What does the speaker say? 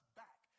back